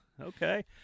Okay